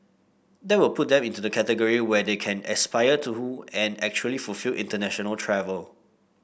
that will put them into the category where they can aspire to and actually fulfil international travel